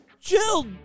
Jill